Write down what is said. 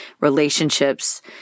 relationships